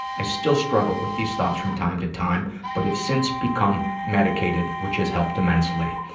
i still struggle with these thoughts from time to time but have since become medicated, which has helped immensely.